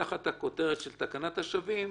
תחת הכותרת של "תקנת השבים",